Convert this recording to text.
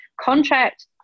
contract